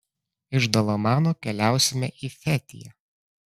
iš dalamano keliausime į fetiją